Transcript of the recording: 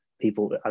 people